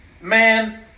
Man